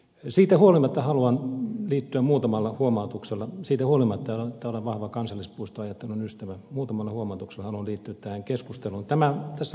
siitä huolimatta haluan viettää muutaman huomautuksena siitä että olen vahva kansallispuistoajattelun ystävä muutamalla huomautuksella haluan liittyä tähän keskusteluun